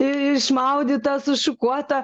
išmaudytą sušukuotą